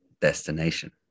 destination